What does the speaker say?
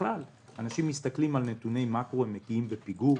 ובכלל אנשים מסתכלים על נתוני מקרו שמגיעים בפיגור.